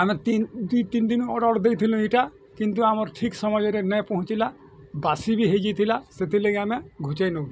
ଆମେ ତିନ ଦୁଇ ତିନ୍ ଦିନ୍ ଅର୍ଡ଼ର୍ ଦେଇଥିଲୁଁ ଏଇଟା କିନ୍ତୁ ଆମର୍ ଠିକ୍ ସମୟରେ ନାଇଁ ପହଞ୍ଚିଲା ବାସି ବି ହେଇଯାଇଥିଲା ସେଥିଲାଗି ଆମେ ଘୁଞ୍ଚାଇ ନଉଛୁଁଁ